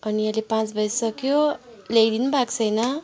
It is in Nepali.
अनि अहिले पाँच बजिसक्यो ल्याइदिनु भएको छैन